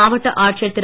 மாவட்ட ஆட்சியர் திரு